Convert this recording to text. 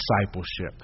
discipleship